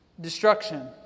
destruction